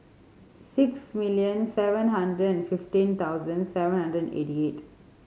six million seven hundred and fifteen thousand seven hundred eighty eight